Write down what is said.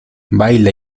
baila